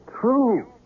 true